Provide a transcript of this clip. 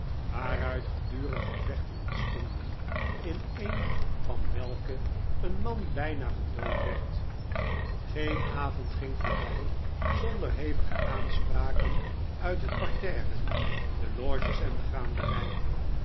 waaruit gedurig gevechten ontstonden in een van welke een man bh'na gedood werd geen avond ging voorby zonder hevige aanspraken uit het parterre de loges en de gaanderijen